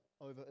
over